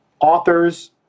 authors